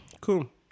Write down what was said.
Cool